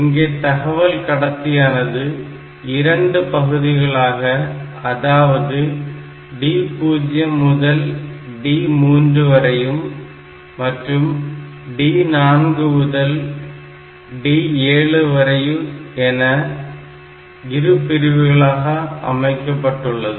இங்கே தகவல் கடத்தியானது 2 பகுதிகளாக அதாவது D0 முதல் D3 வரையும் மற்றும் D4 முதல் D7 வரை என இரு பிரிவுகளாக அமைக்கப்பட்டுள்ளது